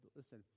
listen